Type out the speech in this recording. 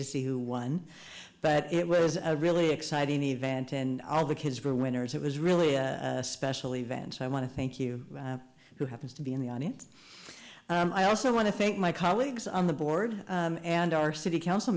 to see who won but it was a really exciting event and all the kids were winners it was really special events i want to thank you who happens to be in the audience and i also want to thank my colleagues on the board and our city council